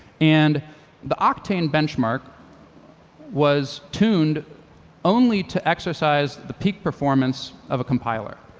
and the octane benchmark was tuned only to exercise the peak performance of a compiler.